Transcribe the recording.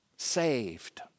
saved